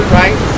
right